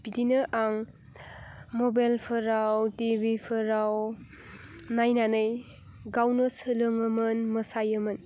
बिदिनो आं मबाइलफोराव टिभिफोराव नायनानै गावनो सोलोङोमोन मोसायोमोन